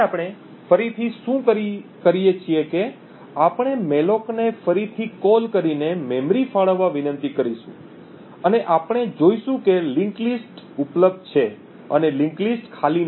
હવે આપણે ફરીથી શું કરીએ છીએ કે આપણે મૅલોક ને ફરીથી કોલ કરીને મેમરી ફાળવવા વિનંતી કરીશું અને આપણે જોઇશું કે લિંક્ડ લિસ્ટ ઉપલબ્ધ છે અને લિંક્ડ લિસ્ટ ખાલી નથી